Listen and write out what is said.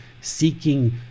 seeking